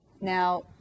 now